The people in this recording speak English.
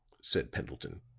said pendleton.